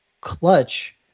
clutch